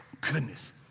Goodness